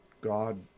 God